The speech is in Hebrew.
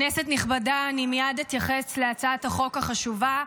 כנסת נכבדה, מייד אתייחס להצעת החוק החשובה,